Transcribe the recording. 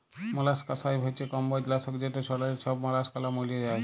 molluscicide হছে কমবজ লাসক যেট ছড়াল্যে ছব মলাসকালা ম্যইরে যায়